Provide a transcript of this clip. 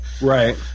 Right